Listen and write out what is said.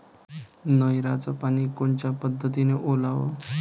नयराचं पानी कोनच्या पद्धतीनं ओलाव?